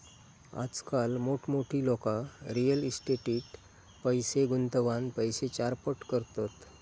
आजकाल मोठमोठी लोका रियल इस्टेटीट पैशे गुंतवान पैशे चारपट करतत